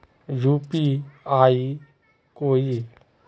UPI कोई